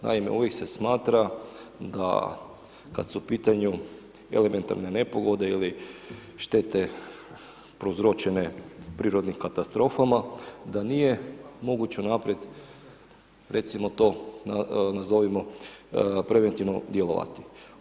Naime, ovdje se smatra da kad su u pitanju elementarne nepogode ili štete prouzročene prirodnim katastrofama da nije moguće unaprijed recimo to nazovimo preventivno djelovati.